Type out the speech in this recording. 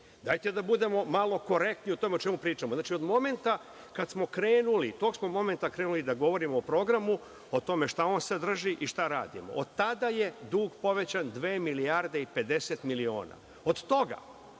Dajte, da budemo malo korektniji u tome o čemu pričamo. Znači, od momenta kada smo krenuli, tog momenta smo krenuli da govorimo o programu, o tome šta on sadrži i šta radimo. Od tada je dug povećan dve milijarde i 50 miliona. Od toga